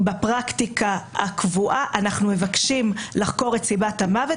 בפרקטיקה הקבועה אנחנו מבקשים לחקור את סיבת המוות